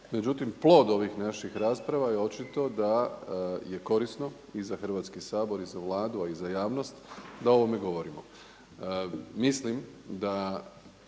Međutim, plod ovih naših rasprava je očito da je korisno i za Hrvatski sabor i za Vladu, a i za javnost da o ovome govorimo. Mislim da